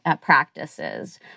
practices